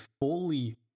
fully